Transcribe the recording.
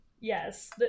Yes